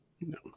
No